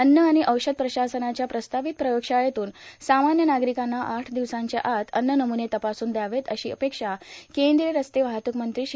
अव्न आणि औषध प्रशासनाच्या प्रस्तावित प्रयोगशाळेतुन सामान्य नागरीकांना आठ दिवसांच्या आत अज्ज नमुने तपासून द्यावेत अशी अपेक्षा केंद्रीय रस्ते वाहतुक मंत्री श्री